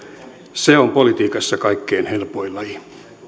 se on politiikassa kaikkein helpoin laji